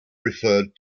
referred